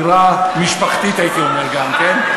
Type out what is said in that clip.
אווירה משפחתית הייתי אומר גם כן.